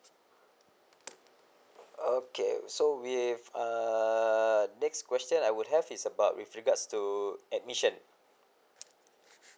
okay so with err next question I would have is about with regards to admission